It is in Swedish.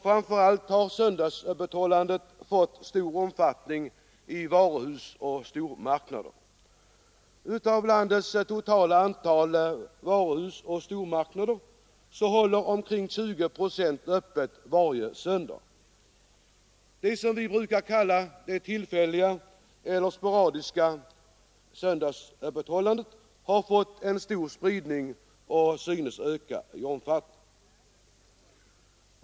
Framför allt har söndagsöppethållandet fått stor omfattning i varuhus och stormarknader. Av landets totala antal varuhus och stormarknader håller omkring 20 procent öppet varje söndag. Det vi brukar kalla det tillfälliga eller sporadiska söndagsöppethållandet har fått stor spridning och synes öka i omfattning.